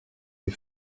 les